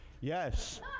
Yes